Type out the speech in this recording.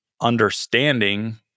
understanding